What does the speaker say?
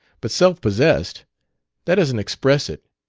but self-possessed' that doesn't express it.